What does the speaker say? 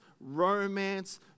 romance